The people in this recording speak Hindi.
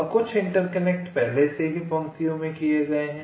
और कुछ इंटरकनेक्ट पहले से ही पंक्तियों में किए गए हैं